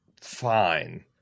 fine